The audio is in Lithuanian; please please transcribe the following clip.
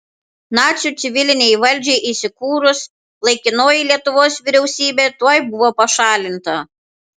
nacių civilinei valdžiai įsikūrus laikinoji lietuvos vyriausybė tuoj buvo pašalinta